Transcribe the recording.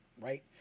right